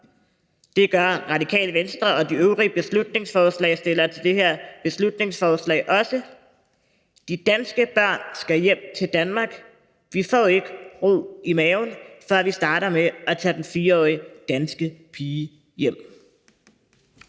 Det gør Radikale Venstre og de øvrige forslagsstillere til det her beslutningsforslag også. De danske børn skal hjem til Danmark. Vi får ikke ro i maven, før vi starter med at tage den 4-årige danske pige hjem.